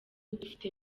dufite